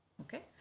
Okay